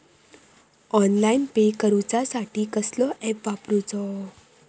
Online pay करूचा साठी कसलो ऍप वापरूचो?